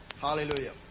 Hallelujah